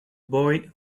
boy